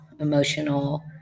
emotional